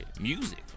Music